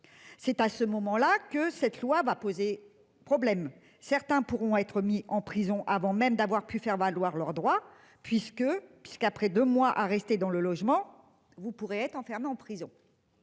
C'est à ce moment-là que cette loi va poser problème, certains pourront être mis en prison avant même d'avoir pu faire valoir leurs droits puisque puisqu'après 2 mois à rester dans le logement, vous pourrez être enfermé en prison.